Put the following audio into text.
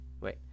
Wait